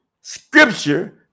scripture